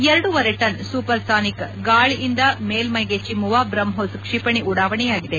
ಎರಡೂವರೆ ton supersonic ಗಾಳಿಯಿಂದ ಮೇಲೈಗೆ ಚಿಮ್ಮವ ಬ್ರಹ್ಮೋಸ್ ಕ್ಷಿಪಣಿ ಉಡಾವಣೆಯಾಗಿದೆ